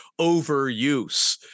overuse